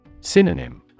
Synonym